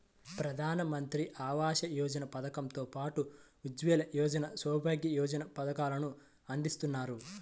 ప్రధానమంత్రి ఆవాస యోజన పథకం తో పాటు ఉజ్వల యోజన, సౌభాగ్య యోజన పథకాలను అందిత్తన్నారు